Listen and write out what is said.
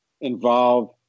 involve